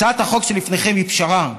הצעת החוק שלפניכם היא פשרה.